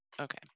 okay